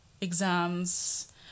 exams